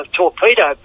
torpedo